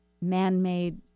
man-made